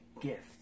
gift